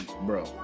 bro